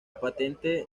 patente